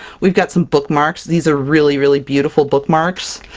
we've got some bookmarks. these are really, really beautiful bookmarks!